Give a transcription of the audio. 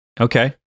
Okay